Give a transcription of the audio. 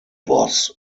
was